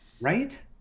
Right